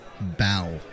bow